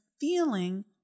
feeling